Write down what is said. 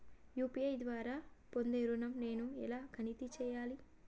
UPI ద్వారా పొందే ఋణం నేను ఎలా తనిఖీ చేయాలి?